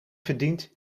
verdient